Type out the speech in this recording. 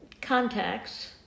contacts